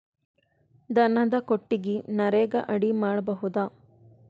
ದನದ ಕೊಟ್ಟಿಗಿ ನರೆಗಾ ಅಡಿ ಮಾಡಬಹುದಾ?